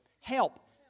help